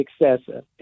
excessive